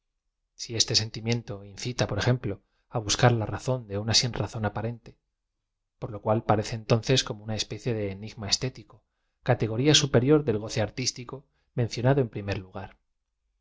si este sentimiento incita por ejemplo á buscar la razón en una sinrassón aparente por lo cual parece entonces como una espe cie do enigma estético categoría superior del goce artístico mencionado en prim er lugar